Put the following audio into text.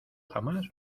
jamás